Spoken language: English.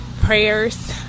Prayers